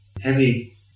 Heavy